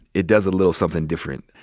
it does a little somethin' different.